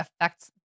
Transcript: affects